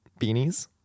beanies